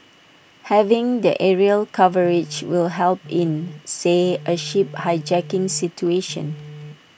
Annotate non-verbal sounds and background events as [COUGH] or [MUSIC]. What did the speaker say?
having the aerial coverage will help in say A ship hijacking situation [NOISE]